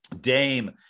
Dame